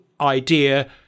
idea